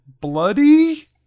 bloody